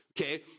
Okay